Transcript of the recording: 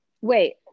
wait